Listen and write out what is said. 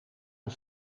een